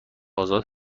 آزاد